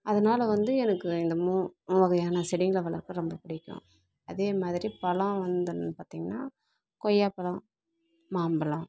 அதனால் வந்து எனக்கு இந்த மூவகையான செடிங்கள் வளர்க்க ரொம்ப பிடிக்கும் அதே மாதிரி பழம் வந்ததுன்னு பார்த்தீங்கன்னா கொய்யாப் பழம் மாம்பழம்